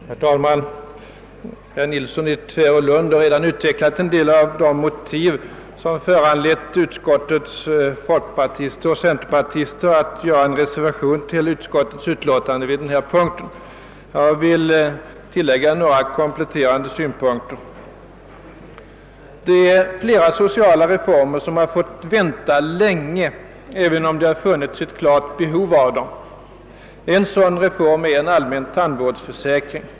Herr talman! Herr Nilsson i Tvärålund har redan utvecklat en del av de motiv som föranlett utskottets folkpartister och centerpartister att foga en reservation vid utskottsutlåtandet under denna punkt. Jag vill tillägga några kompletterande synpunkter. Flera sociala reformer har fått vänta länge trots att det funnits ett klart behov av dem. En sådan reform är en allmän tandvårdsförsäkring.